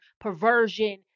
perversion